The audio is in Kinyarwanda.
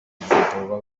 gufotorwa